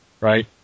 Right